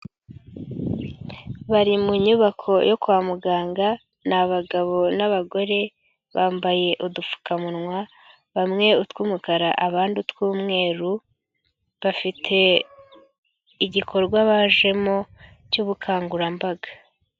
Bari mu nyubako yo kwa muganga ni abagabo n'abagore bambaye udupfukamunwa, bamwe utw'umukara, abandi utw'umweru, bafite igikorwa bajemo cy'ubukangurambaga.